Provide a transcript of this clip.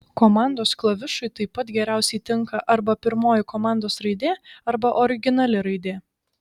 komandos klavišui taip pat geriausiai tinka arba pirmoji komandos raidė arba originali raidė